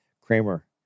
kramer